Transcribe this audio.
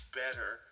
better